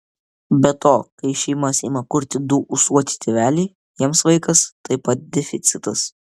be to kai šeimas ima kurti du ūsuoti tėveliai jiems vaikas taip pat deficitas